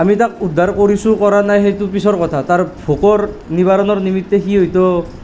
আমি তাক উদ্ধাৰ কৰিছোঁ কৰা নাই সেইটো পিছৰ কথা তাৰ ভোকৰ নিবাৰণৰ নিমিত্তে সি হয়টো